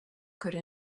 could